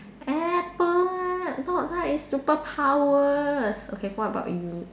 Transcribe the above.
Apple lah not like it's superpowers okay what about you